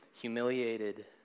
humiliated